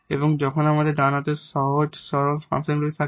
এবং যখন আমাদের ডান হাতের সহজ সরল ফাংশনগুলি থাকে